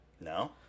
no